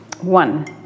one